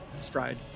stride